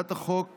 הצעת החוק